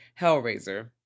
Hellraiser